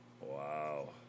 Wow